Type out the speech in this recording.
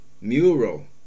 mural